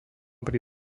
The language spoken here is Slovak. pri